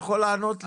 אתה יכול לענות לי?